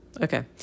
Okay